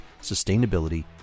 sustainability